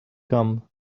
come